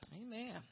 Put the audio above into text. Amen